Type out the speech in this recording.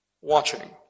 watching